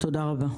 תודה רבה.